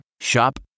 Shop